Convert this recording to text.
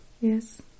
Yes